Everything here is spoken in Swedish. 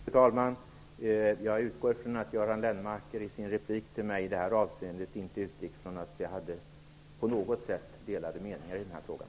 Fru talman! Jag utgår från att Göran Lennmarker i sin replik till mig i det här avseendet inte utgick från att vi på något sätt har delade meningar i den här frågan.